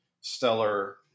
stellar